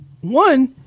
One